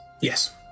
Yes